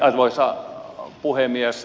arvoisa puhemies